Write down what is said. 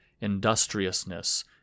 industriousness